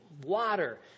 Water